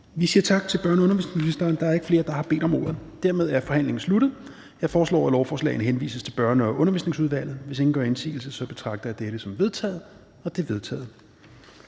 Vi siger tak til børne- og undervisningsministeren. Der er ikke flere, der har bedt om ordet. Dermed er forhandlingen sluttet. Jeg foreslår, at lovforslagene henvises til Børne- og Undervisningsudvalget. Hvis ingen gør indsigelse, betragter jeg dette som vedtaget. Det er vedtaget.